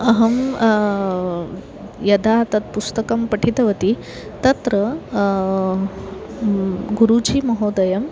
अहं यदा तत् पुस्तकं पठितवती तत्र गुरुजीमहोदयः